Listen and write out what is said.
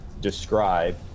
describe